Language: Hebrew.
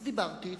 אז דיברתי אתו.